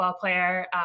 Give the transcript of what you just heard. player